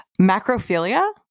macrophilia